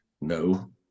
no